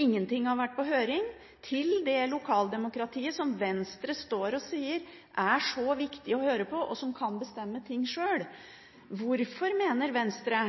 Ingenting har vært på høring til det lokaldemokratiet som Venstre står og sier er så viktig å høre på, og som kan bestemme ting sjøl. Hvorfor mener Venstre